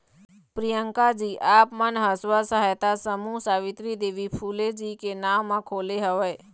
प्रियंकाजी आप मन ह स्व सहायता समूह सावित्री देवी फूले जी के नांव म खोले हव